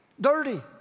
dirty